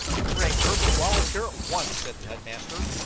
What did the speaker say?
bring herbert wallace here at once, said the headmaster.